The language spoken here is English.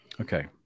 Okay